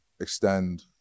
extend